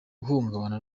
guhungabana